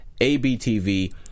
#ABTV